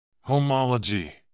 Homology